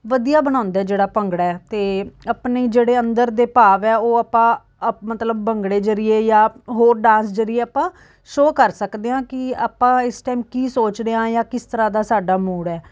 ਵਧੀਆ ਬਣਾਉਂਦਾ ਜਿਹੜਾ ਭੰਗੜਾ ਹੈ ਅਤੇ ਆਪਣੇ ਜਿਹੜੇ ਅੰਦਰ ਦੇ ਭਾਵ ਹੈ ਉਹ ਆਪਾਂ ਅਪ ਮਤਲਬ ਭੰਗੜੇ ਜਰੀਏ ਜਾਂ ਹੋਰ ਡਾਂਸ ਜਰੀਏ ਆਪਾਂ ਸ਼ੋ ਕਰ ਸਕਦੇ ਹਾਂ ਕਿ ਆਪਾਂ ਇਸ ਟਾਈਮ ਕੀ ਸੋਚ ਰਹੇ ਹਾਂ ਜਾਂ ਕਿਸ ਤਰ੍ਹਾਂ ਦਾ ਸਾਡਾ ਮੂਡ ਹੈ